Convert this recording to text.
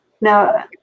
Now